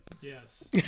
Yes